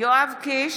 יואב קיש,